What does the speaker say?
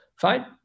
Fine